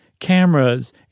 cameras